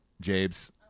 Jabe's